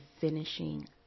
finishing